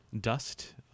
dust